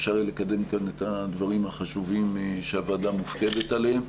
אפשר יהיה לקדם כאן את הדברים החשובים שהוועדה מופקדת עליהם.